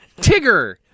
Tigger